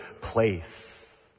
place